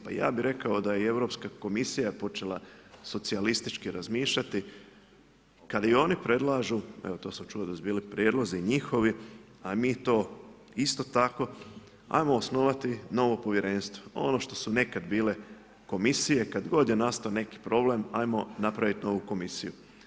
Pa ja bih rekao da je i Europska komisija počela socijalistički razmišljati kada i oni predlažu, evo to sam čuo da su bili prijedlozi njihovi a mi to isto tako, ajmo osnovati novo povjerenstvo, ono što su nekada bile komisije, kad god je nastao neki problem ajmo napraviti novu komisiju.